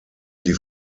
die